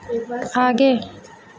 आगे